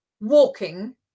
walking